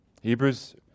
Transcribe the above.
Hebrews